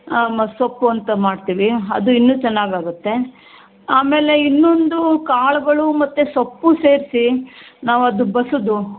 ಮಸ್ಸೊಪ್ಪು ಅಂತ ಮಾಡ್ತೀವಿ ಅದು ಇನ್ನೂ ಚೆನ್ನಾಗಿ ಆಗುತ್ತೆ ಆಮೇಲೆ ಇನ್ನೊಂದು ಕಾಳುಗಳು ಮತ್ತು ಸೊಪ್ಪು ಸೇರಿಸಿ ನಾವು ಅದು ಬಸಿದು